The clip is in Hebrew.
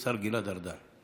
השר גלעד ארדן.